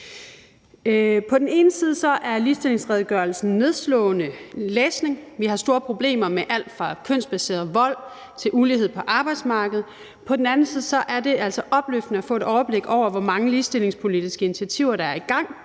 På den ene side er ligestillingsredegørelsen nedslående læsning. Vi har store problemer med alt fra kønsbaseret vold til ulighed på arbejdsmarkedet. På den anden side er det altså opløftende at få et overblik over, hvor mange ligestillingspolitiske initiativer der er i gang,